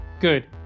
good